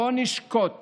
לא נשקוט